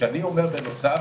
כשאני אומר בנוסף,